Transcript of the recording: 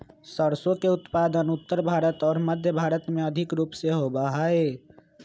सरसों के उत्पादन उत्तर भारत और मध्य भारत में अधिक रूप से होबा हई